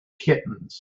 kittens